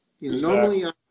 Normally